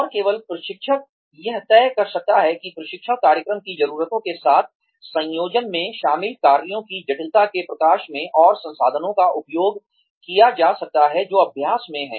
और केवल प्रशिक्षक यह तय कर सकता है कि प्रशिक्षण कार्यक्रम की ज़रूरतों के साथ संयोजन में शामिल कार्यों की जटिलता के प्रकाश में और संसाधनों का उपयोग किया जा सकता है जो अभ्यास में है